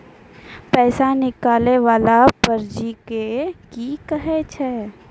पैसा निकाले वाला पर्ची के की कहै छै?